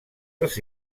els